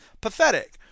pathetic